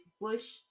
Bush